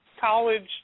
college